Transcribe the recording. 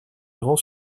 grand